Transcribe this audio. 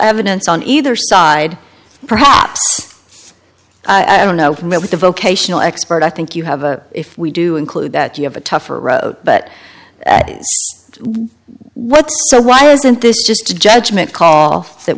evidence on either side perhaps i don't know what the vocational expert i think you have a if we do include that you have a tougher road but what so why isn't this just a judgment call that